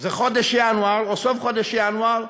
זה חודש ינואר, סוף חודש ינואר,